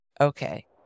Okay